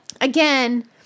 again